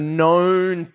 known